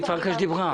בבקשה.